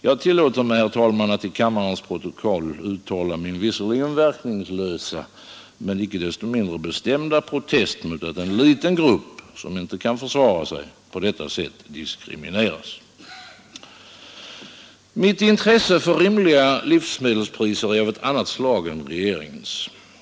Jag tillåter mig, herr talman, att till kammarens protokoll uttala min visserligen verkningslösa men inte desto mindre bestämda protest mot att en liten grupp, som inte kan försvara sig, på detta hänsynslösa sätt diskrimineras. Mitt intresse för rimliga livsmedelspriser är av ett annat slag än regeringens.